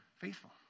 faithful